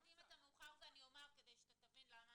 תכף נגיע לתחולת החוק ואתה תראה.